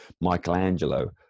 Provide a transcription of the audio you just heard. michelangelo